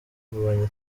mbonyi